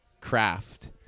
craft